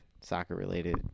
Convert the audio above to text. soccer-related